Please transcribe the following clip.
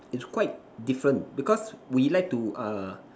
is quite different because we like to err